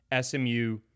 SMU